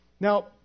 Now